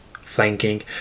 flanking